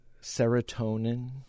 serotonin